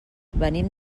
venim